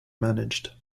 managed